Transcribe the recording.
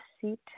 seat